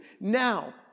Now